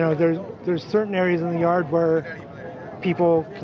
know, there there are certain areas in the yard where people